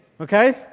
Okay